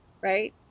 right